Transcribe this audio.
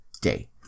day